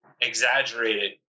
exaggerated